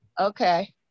Okay